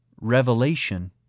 Revelation